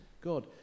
God